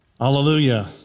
Hallelujah